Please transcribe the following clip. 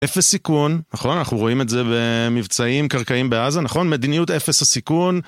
אפס סיכון, נכון? אנחנו רואים את זה במבצעים קרקעיים בעזה, נכון? מדיניות אפס הסיכון.